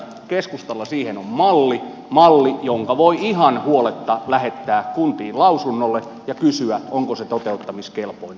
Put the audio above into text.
keskustalla siihen on malli malli jonka voi ihan huoletta lähettää kuntiin lausunnolle ja kysyä onko se toteuttamiskelpoinen